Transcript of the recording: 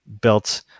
built